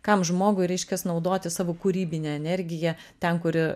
kam žmogui reiškias naudoti savo kūrybinę energiją ten kur